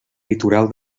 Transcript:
litoral